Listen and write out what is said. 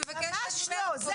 זה ממש לא נורא ואיום,